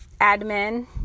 admin